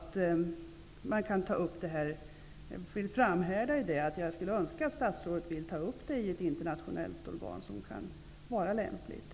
Jag framhärdar i att jag skulle önska att statsrådet ville ta upp frågan i ett lämpligt internationellt organ.